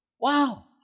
Wow